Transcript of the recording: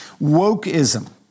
wokeism